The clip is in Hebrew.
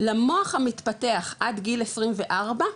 למוח המתפתח עד גיל 24,